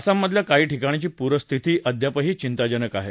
आसाममधल्या काही ठिकाणची पूरस्थितीही अद्याप चिंताजनक आहे